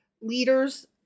leaders